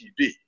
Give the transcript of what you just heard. TV